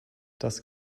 das